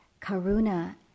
Karuna